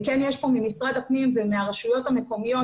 כן יש פה ממשרד הפנים ומהרשויות המקומיות,